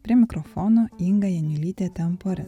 prie mikrofono inga janiulytė tempori